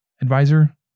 advisor